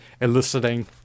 eliciting